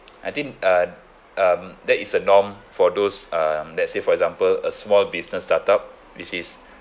I think uh um that is a norm for those uh let's say for example a small business start-up which is